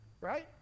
right